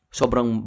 sobrang